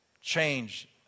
change